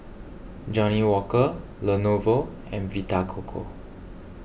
Johnnie Walker Lenovo and Vita Coco